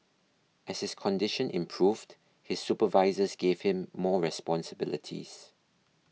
as his condition improved his supervisors gave him more responsibilities